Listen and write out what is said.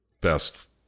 best